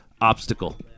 obstacle